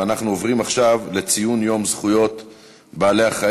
אנחנו עוברים עכשיו לציון יום זכויות בעלי-החיים,